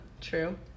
true